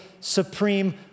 Supreme